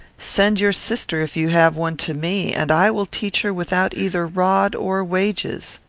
send your sister, if you have one, to me, and i will teach her without either rod or wages.